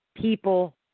people